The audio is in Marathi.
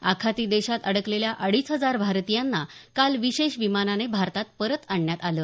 आखाती देशांत अडकलेल्या अडीच हजार भारतीयांना काल विशेष विमानानें भारतात परत आणण्यात आलं